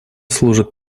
служит